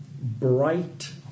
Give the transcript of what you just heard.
bright